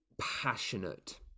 passionate